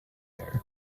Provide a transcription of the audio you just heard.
air